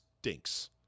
stinks